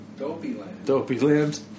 Dopeyland